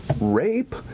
rape